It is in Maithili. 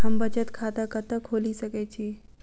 हम बचत खाता कतऽ खोलि सकै छी?